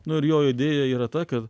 nu ir jo idėja yra ta kad